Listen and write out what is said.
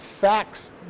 facts